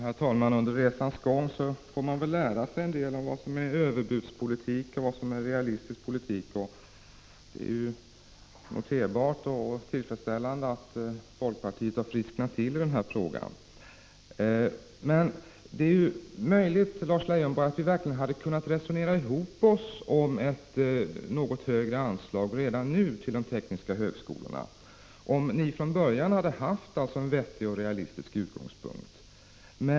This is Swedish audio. Herr talman! Under resans gång får man lära sig en del om vad som är överbudspolitik och vad som är realistisk politik. Det är noterbart och tillfredsställande att folkpartiet har frisknat till när det gäller denna fråga. Men det är möjligt, Lars Leijonborg, att vi redan nu verkligen hade kunnat resonera ihop oss om ett något högre anslag till de tekniska högskolorna, om ni från början hade haft en vettig och realistisk utgångspunkt.